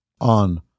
on